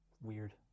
weird